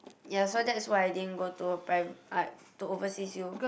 ya so that's why I didn't go to a private I to overseas you